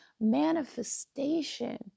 manifestation